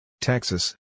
Texas